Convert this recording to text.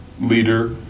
leader